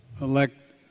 elect